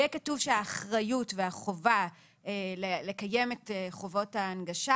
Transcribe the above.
יהיה כתוב שהאחריות והחובה לקיים את חובות ההנגשה,